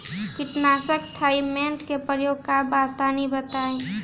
कीटनाशक थाइमेट के प्रयोग का बा तनि बताई?